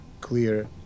clear